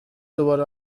دوباره